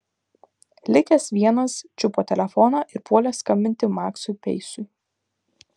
likęs vienas čiupo telefoną ir puolė skambinti maksui peisui